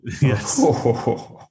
Yes